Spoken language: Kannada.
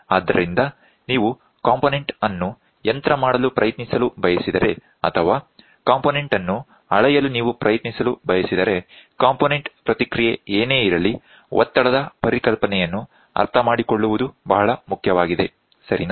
ಆದ್ದರಿಂದ ನೀವು ಕಾಂಪೊನೆಂಟ್ ಅನ್ನು ಯಂತ್ರಮಾಡಲು ಪ್ರಯತ್ನಿಸಲು ಬಯಸಿದರೆ ಅಥವಾ ಕಾಂಪೊನೆಂಟ್ ಅನ್ನು ಅಳೆಯಲು ನೀವು ಪ್ರಯತ್ನಿಸಲು ಬಯಸಿದರೆ ಕಾಂಪೊನೆಂಟ್ ಪ್ರತಿಕ್ರಿಯೆ ಏನೇ ಇರಲಿ ಒತ್ತಡದ ಪರಿಕಲ್ಪನೆಯನ್ನು ಅರ್ಥಮಾಡಿಕೊಳ್ಳುವುದು ಬಹಳ ಮುಖ್ಯವಾಗಿದೆ ಸರಿನಾ